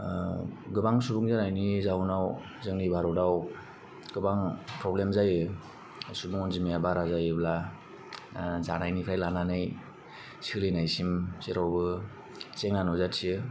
गोबां सुबुं जानायनि जाउनाव जोंनि भारतआव गोबां प्रब्लेम जायो सुबुं अनजिमाया बारा जायोब्ला जानायनिफ्राय लानानै सोलिनायसिम जेरावबो जेंना नुजाथियो